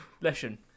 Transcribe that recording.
Lesson